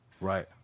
Right